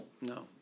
No